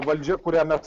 valdžia kurią mes